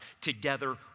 together